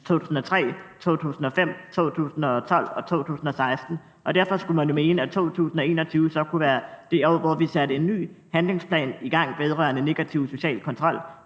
2003, 2005, 2012 og 2016. Derfor skulle man jo mene, at 2021 så kunne være det år, hvor vi satte en ny handlingsplan i gang vedrørende negativ social kontrol.